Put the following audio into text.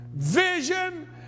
Vision